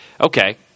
okay